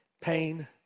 pain